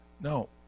No